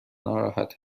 ناراحت